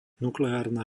nukleárna